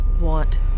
want